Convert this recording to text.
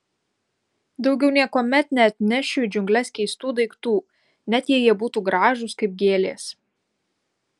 daugiau niekuomet neatnešiu į džiungles keistų daiktų net jei jie būtų gražūs kaip gėlės